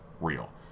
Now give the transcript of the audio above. real